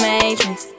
Matrix